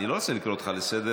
אני לא רוצה לקרוא אותך לסדר.